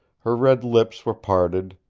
her red lips were parted,